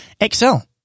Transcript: excel